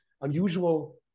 unusual